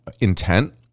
intent